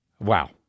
wow